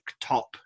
top